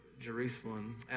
Jerusalem